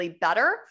better